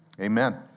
Amen